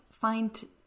find